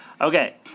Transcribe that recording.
Okay